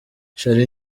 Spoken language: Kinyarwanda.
charly